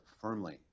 firmly